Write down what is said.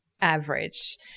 average